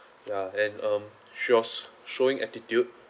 ya and um she was showing attitude